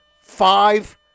five